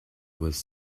was